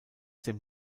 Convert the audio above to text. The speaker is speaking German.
dem